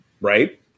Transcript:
Right